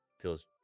Feels